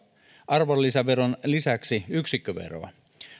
arvonlisäveron lisäksi yksikköveroa